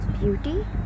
beauty